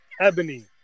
Ebony